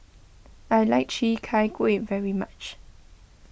I like Chi Kak Kuih very much